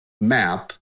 map